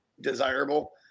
desirable